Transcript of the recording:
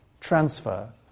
transfer